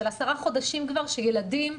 של עשרה חודשים כבר שילדים,